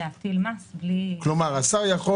לא מוצא חן בעיניו השר יכול